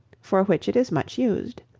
for which it is much used.